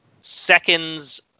seconds